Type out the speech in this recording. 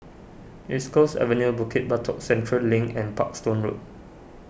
East Coast Avenue Bukit Batok Central Link and Parkstone Road